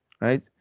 right